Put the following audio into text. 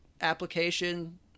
application